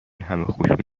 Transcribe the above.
همه